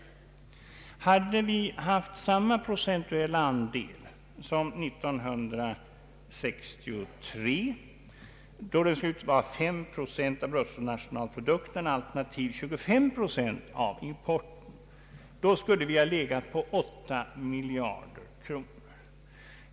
Hade vi haft samma procentuella andel som år 1963 5 procent av bruttonationalprodukten, alternativt 25 procent av importen — skulle vi ha legat på 8 miljarder kronor.